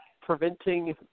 preventing